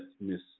Miss